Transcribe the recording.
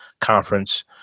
conference